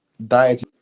diet